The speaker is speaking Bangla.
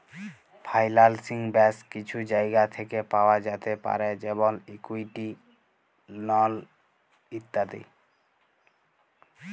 ফাইলালসিং ব্যাশ কিছু জায়গা থ্যাকে পাওয়া যাতে পারে যেমল ইকুইটি, লল ইত্যাদি